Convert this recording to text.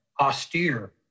austere